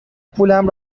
پولم